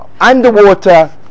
underwater